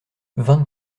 vingt